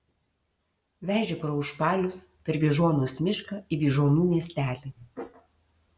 vežė pro užpalius per vyžuonos mišką į vyžuonų miestelį